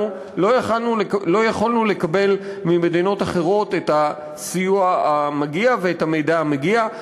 לא יכולנו לקבל ממדינות אחרות את הסיוע המגיע ואת המידע המגיע.